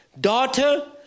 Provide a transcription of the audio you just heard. Daughter